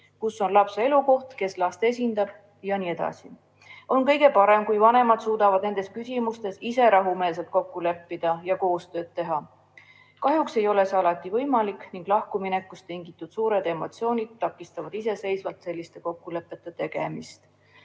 kus on lapse elukoht, kes last esindab jne. On kõige parem, kui vanemad suudavad nendes küsimustes ise rahumeelselt kokku leppida ja koostööd teha. Kahjuks ei ole see alati võimalik ning lahkuminekust tingitud suured emotsioonid takistavad iseseisvalt selliste kokkulepete tegemist.